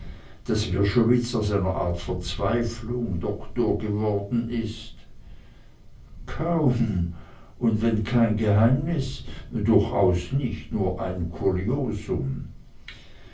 daß wrschowitz aus einer art verzweiflung doktor geworden ist kaum und wenn kein geheimnis durchaus nicht nur ein kuriosum